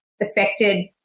affected